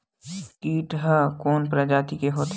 कीट ह कोन प्रजाति के होथे?